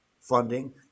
funding